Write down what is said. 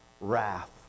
wrath